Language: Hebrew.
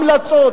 המלצות,